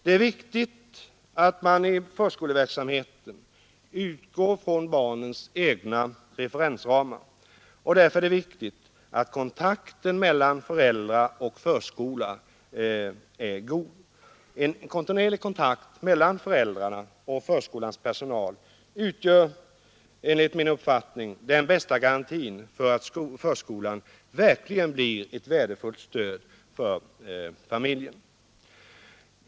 Det är viktigt att man i förskoleverksamheten utgår från barnens egna referensramar, och därför är det värdefullt att kontakten mellan föräldrar och förskola är god. En kontinuerlig kontakt mellan föräldrarna och förskolans personal utgör enligt min mening den bästa garantin för att förskolan verkligen blir ett värdefullt stöd för familjen.